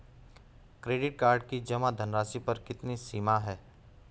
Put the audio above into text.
Credit card की जमा धनराशि पर कितनी सीमा है?